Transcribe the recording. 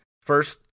first